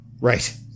Right